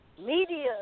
media